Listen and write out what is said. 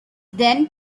then